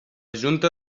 junta